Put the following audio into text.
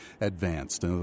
advanced